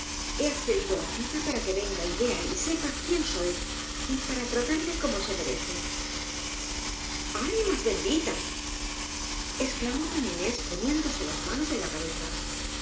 he accedido á la cita para que venga y vea y sepa quién soy y para tratarle como merece animas benditas exclamó doña inés po niéndose las manos en la cabeza